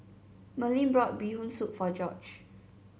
Merlyn bought Bee Hoon Soup for George